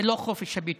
זה לא חופש הביטוי.